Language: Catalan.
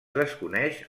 desconeix